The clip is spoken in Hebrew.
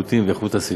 לבריאות ולאיכות הסביבה.